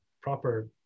proper